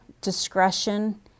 discretion